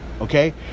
okay